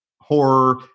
horror